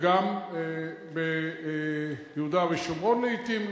וגם ביהודה ושומרון לעתים,